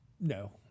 No